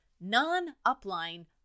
non-upline